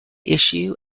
issue